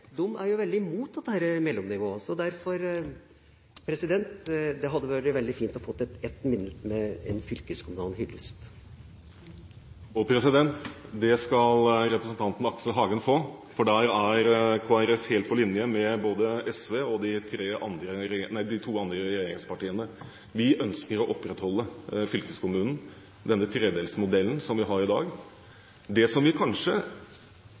er jo veldig imot dette mellomnivået. Derfor hadde det vært veldig fint å få 1 minutt med en fylkeskommunal hyllest. Det skal representanten Aksel Hagen få, for her er Kristelig Folkeparti helt på linje med både SV og de to andre regjeringspartiene. Vi ønsker å opprettholde fylkeskommunen – den trenivåmodellen som vi har i dag. Vi hadde kanskje kommet bedre ut hvis vi ikke hadde lagt regionsreformen i skuffen så ettertrykkelig som det vi